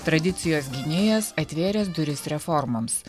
tradicijos gynėjas atvėręs duris reformoms